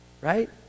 right